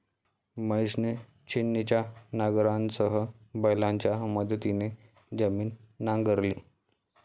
महेशने छिन्नीच्या नांगरासह बैलांच्या मदतीने जमीन नांगरली